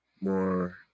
more